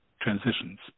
transitions